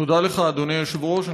תודה לך, אדוני היושב-ראש.